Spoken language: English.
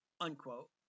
unquote